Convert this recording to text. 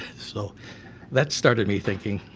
so that started me thinking,